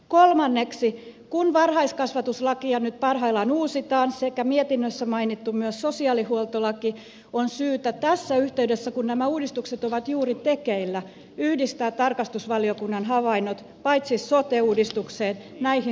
kolmanneksi kun varhaiskasvatuslakia nyt parhaillaan uusitaan sekä myös mietinnössä mainittua sosiaalihuoltolakia on syytä tässä yhteydessä kun nämä uudistukset ovat juuri tekeillä yhdistää tarkastusvaliokunnan havainnot paitsi sote uudistukseen myös näihin substanssilakeihin